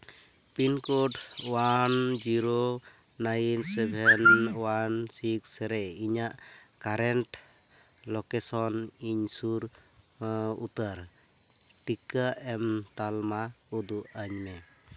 pin code one zero nine seven one six ᱨᱮ ᱤᱧᱟᱹᱜ current location ᱤᱧ ᱥᱩᱨ ᱩᱛᱟᱹᱨ ᱴᱤᱠᱟᱹ ᱮᱢ ᱛᱟᱞᱢᱟ ᱩᱫᱩᱜ ᱟᱹᱧ ᱢᱮ